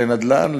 לנדל"ן,